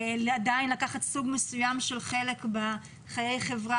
עדיין לקחת סוג מסוים של חלק בחיי החברה